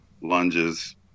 lunges